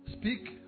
Speak